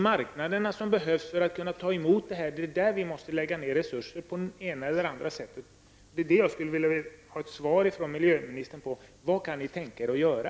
Marknaderna behöver fungera för att kunna ta emot avfallet, och det är på det området vi måste lägga ner resurser -- på det ena eller andra sättet. Jag skulle vilja ha ett svar från miljöministern på frågan: Vad kan ni tänka er att göra?